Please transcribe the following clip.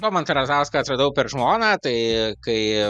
domantą razauską atradau per žmoną tai kai